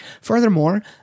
Furthermore